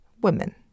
women